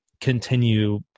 continue